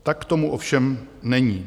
Tak tomu ovšem není.